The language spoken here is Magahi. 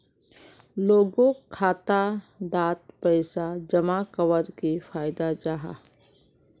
लोगोक खाता डात पैसा जमा कवर की फायदा जाहा?